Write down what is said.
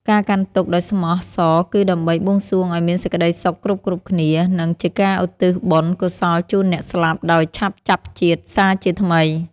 ការកាន់ទុក្ខដោយស្មោះសរគឺដើម្បីបួងសួងឱ្យមានសេចក្តីសុខគ្រប់ៗគ្នា និង ជាការឧទ្ទិសបុណ្យកុសលជូនអ្នកស្លាប់អោយឆាប់ចាប់ជាតិសារជាថ្មី។